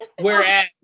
Whereas